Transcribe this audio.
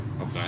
Okay